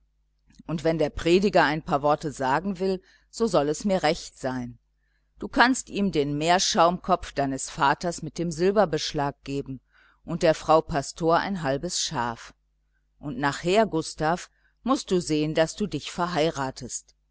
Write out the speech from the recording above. und wenn der prediger ein paar worte sagen will so soll es mir recht sein du kannst ihm den meerschaumkopf deines vaters mit dem silberbeschlag geben und der frau pastor ein halbes schaf und nachher gustav mußt du sehen daß du dich verheiratest